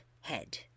head